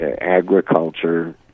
agriculture